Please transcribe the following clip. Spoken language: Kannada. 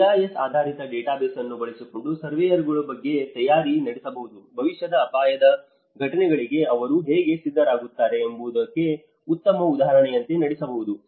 GIS ಆಧಾರಿತ ಡೇಟಾಬೇಸ್ ಅನ್ನು ಬಳಸಿಕೊಂಡು ಸರ್ವೇಯರ್ ಗಳು ಹೇಗೆ ತಯಾರಿ ನಡೆಸಬಹುದು ಭವಿಷ್ಯದ ಅಪಾಯದ ಘಟನೆಗಳಿಗೆ ಅವರು ಹೇಗೆ ಸಿದ್ಧರಾಗುತ್ತಾರೆ ಎಂಬುದಕ್ಕೆ ಉತ್ತಮ ಉದಾಹರಣೆಯಂತೆ ನಡೆಸಬಹುದು